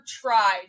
tried